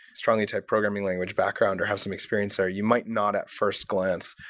strongly typed programming language background, or have some experience, or you might not, at first glance,